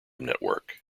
network